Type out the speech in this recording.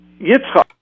Yitzchak